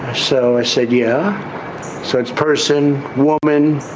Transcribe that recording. show? ah shakya such person. woman,